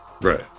right